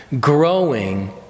growing